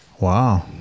Wow